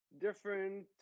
different